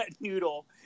noodle